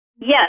Yes